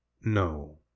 No